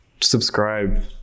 Subscribe